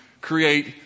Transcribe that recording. create